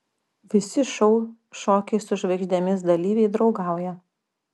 visi šou šokiai su žvaigždėmis dalyviai draugauja